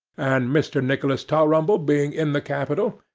and mr. nicholas tulrumble being in the capital,